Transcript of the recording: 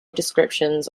descriptions